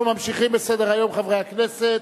אנחנו ממשיכים בסדר-היום, חברי הכנסת,